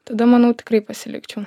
tada manau tikrai pasilikčiau